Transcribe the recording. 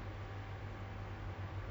you know this watch group